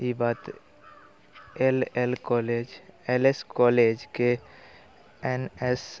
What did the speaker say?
ई बात L L college L S कॉलेजके N S